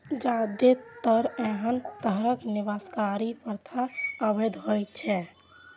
जादेतर एहन तरहक विनाशकारी प्रथा अवैध होइ छै